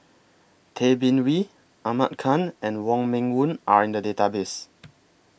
Tay Bin Wee Ahmad Khan and Wong Meng Voon Are in The Database